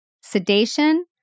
sedation